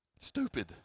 stupid